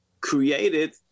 created